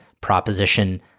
Proposition